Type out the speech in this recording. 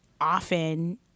often